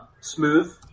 smooth